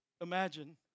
imagine